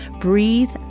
Breathe